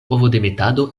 ovodemetado